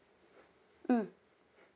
mm